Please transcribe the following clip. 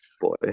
Boy